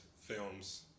films